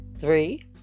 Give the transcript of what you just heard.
three